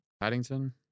Paddington